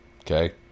Okay